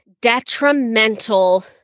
detrimental